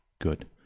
Good